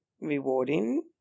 rewarding